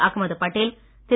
Ahmed Patel Thiru